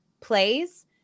plays